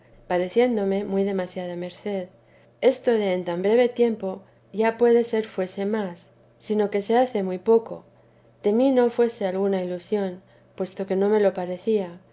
pareciéndome muy demasiada merced esto de en tan breve tiempo ya puede ser fuese más sino que se hace muy poco temí no fuese alguna ilusión puesto que no me lo parecía